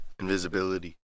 Invisibility